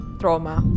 trauma